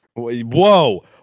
whoa